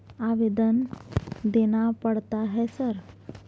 आवेदन देना पड़ता है सर?